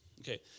Okay